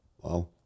wow